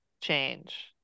change